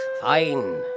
fine